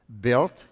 built